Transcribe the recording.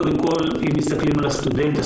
הוא במלגה לסטודנט או